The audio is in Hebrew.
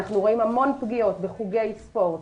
אנחנו רואים המון פגיעות בחוגי ספורט,